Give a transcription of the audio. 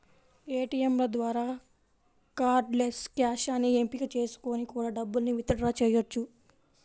ఏటియంల ద్వారా cardless cash అనే ఎంపిక చేసుకొని కూడా డబ్బుల్ని విత్ డ్రా చెయ్యొచ్చు